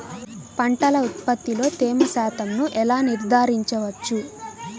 పంటల ఉత్పత్తిలో తేమ శాతంను ఎలా నిర్ధారించవచ్చు?